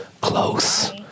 Close